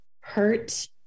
hurt